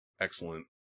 excellent